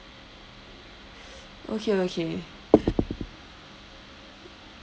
okay okay